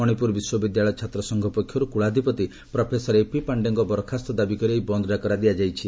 ମଣିପ୍ରର ବିଶ୍ୱବିଦ୍ୟାଳୟ ଛାତ୍ରସଂଘ ପକ୍ଷରୁ କୁଳାଧିପତି ପ୍ରଫେସର ଏପି ପାଶ୍ଡେଙ୍କ ବରଖାସ୍ତ ଦାବି କରି ଏହି ବନ୍ଦ ଡାକରା ଦିଆଯାଇଛି